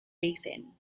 basin